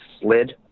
slid